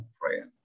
prayer